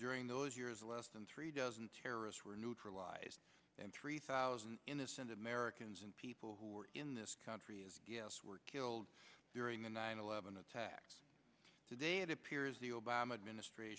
during those years less than three dozen terrorists were neutralized and three thousand innocent americans and people who were in this country as guests were killed during the nine eleven attacks today it appears the obama administrat